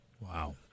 Wow